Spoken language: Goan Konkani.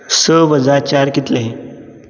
स वजा चार कितले